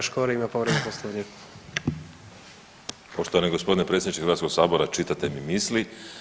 Poštovani gospodine predsjedniče Hrvatskog sabora čitate mi misli.